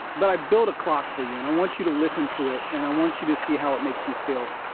but i built a clock for you, and i want you to listen to it, and i want you to see how it makes you feel.